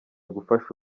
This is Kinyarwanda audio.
gufasha